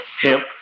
Hemp